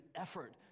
effort